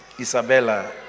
Isabella